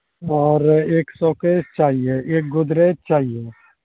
اور ایک سوکیش چاہیے ایک گودریج چاہیے